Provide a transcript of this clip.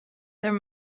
there